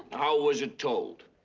how was it told?